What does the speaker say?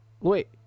Wait